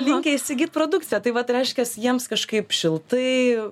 linkę įsigyt produkciją tai vat reiškias jiems kažkaip šiltai